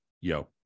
yo